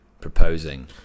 proposing